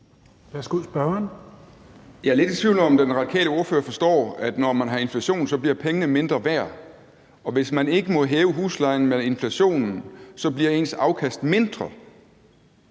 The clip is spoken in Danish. Ole Birk Olesen (LA): Jeg er lidt i tvivl om, om den radikale ordfører forstår, at når man har inflation, bliver pengene mindre værd. Og hvis man ikke må hæve huslejen med inflationen, bliver ens afkast mindre.